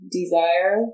desire